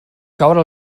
caure